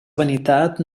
vanitat